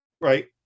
right